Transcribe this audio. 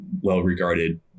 well-regarded